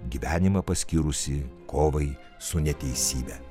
gyvenimą paskyrusį kovai su neteisybe